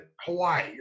Hawaii